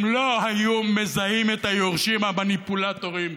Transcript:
הם לא היום מזהים את היורשים המניפולטורים,